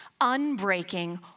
unbreaking